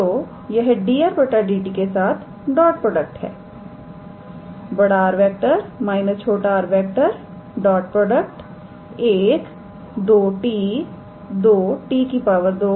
तो यह 𝑑𝑟⃗ 𝑑𝑡 के साथ डॉट प्रोडक्ट है 𝑅⃗⃗ − 𝑟⃗ 12𝑡 2𝑡 2 0